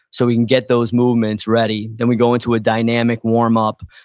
so we can get those movements ready. then we go into a dynamic warmup.